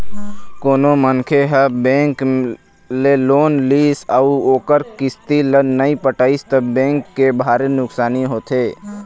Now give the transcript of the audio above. कोनो मनखे ह बेंक ले लोन लिस अउ ओखर किस्त ल नइ पटइस त बेंक के भारी नुकसानी होथे